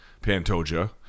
Pantoja